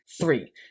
Three